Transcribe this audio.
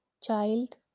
Child